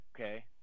Okay